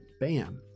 Bam